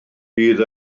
bydd